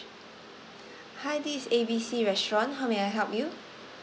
hi this is A B C restaurant how may I help you